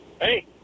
Hey